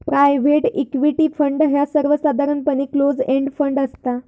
private equity fund ह्यो सर्वसाधारणपणे close end fund असता